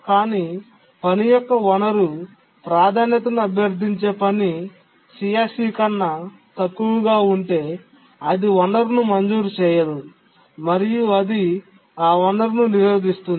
కానీ పని యొక్క వనరు ప్రాధాన్యతను అభ్యర్థించే పని CSC కన్నా తక్కువగా ఉంటే అది వనరును మంజూరు చేయదు మరియు అది ఆ వనరును నిరోధిస్తుంది